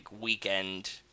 weekend